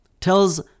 tells